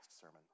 sermon